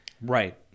right